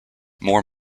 more